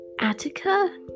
Attica